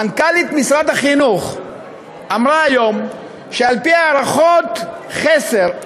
מנכ"לית משרד החינוך אמרה היום שעל-פי הערכות חסר,